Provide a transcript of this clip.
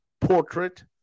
portrait